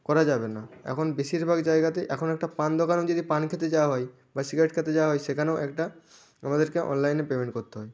করা যাবে না এখন বেশিরভাগ জায়গাতে এখন একটা পান দোকানেও যদি পান খেতে যাওয়া হয় বা সিগারেট খেতে যাওয়া হয় সেখানেও একটা আমাদেরকে অনলাইনে পেমেন্ট করতে হয়